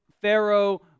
Pharaoh